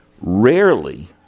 Rarely